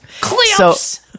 Clips